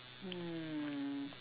um